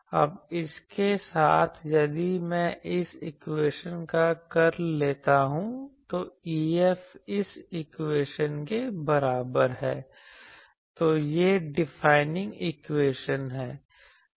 अब इसके साथ यदि मैं इस इक्वेशन का कर्ल लेता हूं तो EF इस इक्वेशन के बराबर है तो यह डिफाइनिंग इक्वेशन है